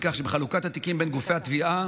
כך שבחלוקת התיקים בין גופי התביעה,